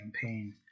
campaign